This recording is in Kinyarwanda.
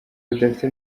rudafite